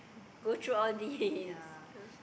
go through all these